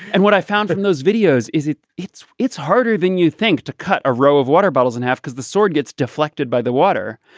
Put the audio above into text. and what i found in those videos is it's it's it's harder than you think to cut a row of water bottles in half because the sword gets deflected by the water.